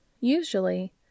Usually